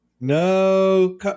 No